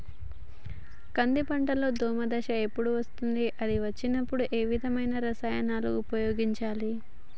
కంది పంటలో దోమ దశ ఎప్పుడు వస్తుంది అది వచ్చినప్పుడు ఏ విధమైన రసాయనాలు ఉపయోగించాలి?